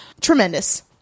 tremendous